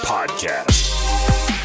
Podcast